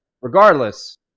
Regardless